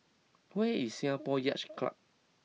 where is Singapore Yacht Club